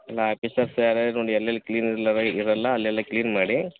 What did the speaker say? ಎಲ್ಲಾ ಆಫೀಸರ್ಸ್ ಯಾರ್ಯಾರು ನೋಡಿ ಎಲ್ಲೆಲ್ ಕ್ಲೀನ್ ಇಲ್ಲವೆ ಇರಲ್ಲ ಅಲ್ಲೆಲ್ಲ ಕ್ಲೀನ್ ಮಾಡಿ